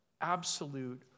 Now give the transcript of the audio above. absolute